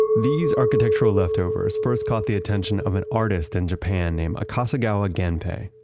these architectural leftovers first caught the attention of an artist in japan named akasegawa genpei.